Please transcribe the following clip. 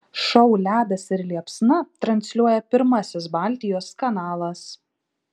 šou ledas ir liepsna transliuoja pirmasis baltijos kanalas